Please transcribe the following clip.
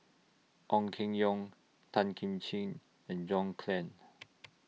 Ong Keng Yong Tan Kim Ching and John Clang